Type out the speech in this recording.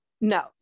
No